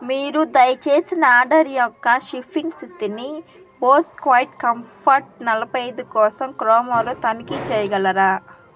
మీరు దయచేసి నా ఆర్డర్ యొక్క షిప్పింగ్ స్థితిని బోస్ క్వైట్ కంఫర్ట్ నలభై ఐదు కోసం క్రోమాలో తనిఖీ చేయ్గలరా